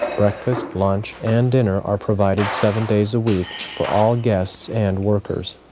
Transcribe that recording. breakfast, lunch, and dinner are provided seven days a week for all guests and workers.